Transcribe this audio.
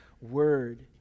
word